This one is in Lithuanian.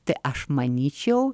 tai aš manyčiau